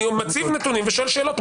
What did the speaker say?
אני מציב נתונים ושואל שאלות.